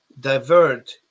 divert